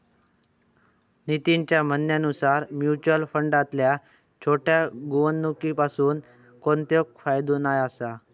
नितीनच्या म्हणण्यानुसार मुच्युअल फंडातल्या छोट्या गुंवणुकीपासून कोणतोय फायदो जाणा नाय